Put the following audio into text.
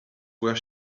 where